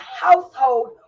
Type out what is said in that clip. household